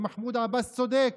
ומחמוד עבאס צודק,